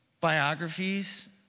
biographies